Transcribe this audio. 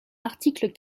article